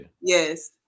Yes